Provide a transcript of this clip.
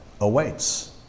awaits